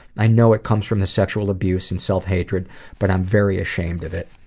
i know it comes from the sexual abuse and self-hatred, but i'm very ashamed of it.